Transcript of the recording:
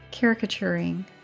caricaturing